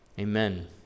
amen